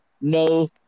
no